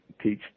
teach